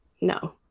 No